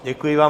Děkuji vám.